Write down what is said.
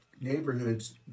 neighborhoods